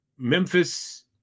Memphis